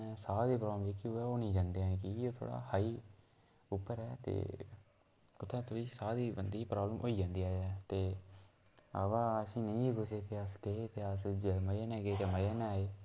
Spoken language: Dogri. साह् दी प्राब्लम जेह्की ऐ ओह् नी जंदे ऐ कि के थोह्ड़ा हाई उप्पर ऐ ते उत्थै थोह्ड़ी साह् दे बन्दे प्राब्लम होई जंदी ऐ ते अवा असें नी ऐ कुसै बी अस गे ते अस मज़े कन्नै गै ते मज़े कन्नै आए